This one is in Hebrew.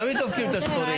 תמיד דופקים את השחורים.